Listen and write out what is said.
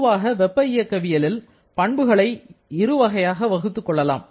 பொதுவாக வெப்ப இயக்கவியலில் பண்புகளை இருவகையாக வகுத்துக் கொள்ளலாம்